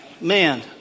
man